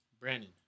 Brandon